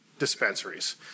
Dispensaries